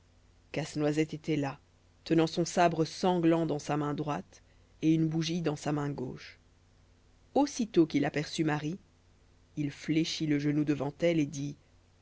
casse-noisette était là tenant son sabre sanglant dans sa main droite et une bougie dans sa main gauche aussitôt qu'il aperçut marie il fléchit le genou devant elle et dit